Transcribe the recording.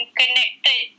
connected